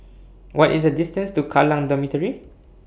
What IS The distance to Kallang Dormitory